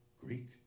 Greek